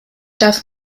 darf